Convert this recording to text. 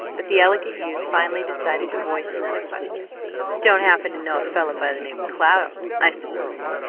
but the elegant youth finally decided to voice another question don't happen to know a fellah by the name of cloud, i suppose?